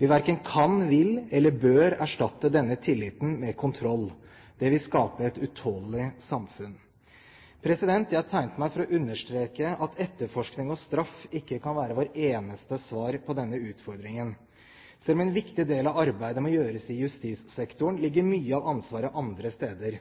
Vi verken kan, vil eller bør erstatte denne tilliten med kontroll. Det vil skape et utålelig samfunn. Jeg tegnet meg for å understreke at etterforskning og straff ikke kan være vårt eneste svar på denne utfordringen. Selv om en viktig del av arbeidet må gjøres i justissektoren, ligger mye av ansvaret andre steder.